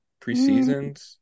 Preseasons